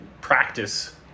practice